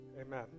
Amen